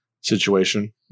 situation